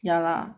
ya lah